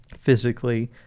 physically